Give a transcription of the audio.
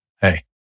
hey